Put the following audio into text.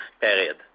period